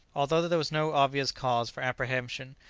although there was no obvious cause for apprehension,